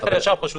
שכל ישר פשוט.